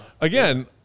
Again